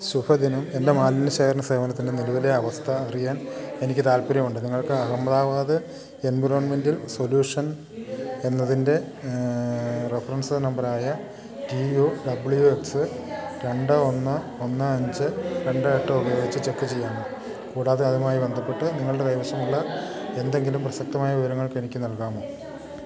ശുഭദിനം എൻ്റെ മാലിന്യശേഖരണ സേവനത്തിൻ്റെ നിലവിലെ അവസ്ഥയറിയാൻ എനിക്ക് താൽപ്പര്യമുണ്ട് നിങ്ങൾക്ക് അഹമ്മദാബാദ് എൻവിറോൺമെൻറ്റൽ സൊലൂഷൻ എന്നതിൻ്റെ റഫറൻസ് നമ്പറായ ടി യു ഡബ്ല്യൂ എക്സ് രണ്ട് ഒന്ന് ഒന്ന് അഞ്ച് രണ്ട് എട്ട് ഉപയോഗിച്ച് ചെക്ക് ചെയ്യാമോ കൂടാതെ അതുമായി ബന്ധപ്പെട്ട് നിങ്ങളുടെ കൈവശമുള്ള എന്തെങ്കിലും പ്രസക്തമായ വിവരങ്ങള് എനിക്ക് നൽകാമോ